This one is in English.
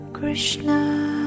Krishna